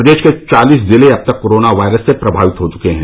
प्रदेश के चालीस जिले अब तक कोरोना वायरस से प्रभावित हो चुके हैं